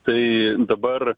tai dabar